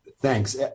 Thanks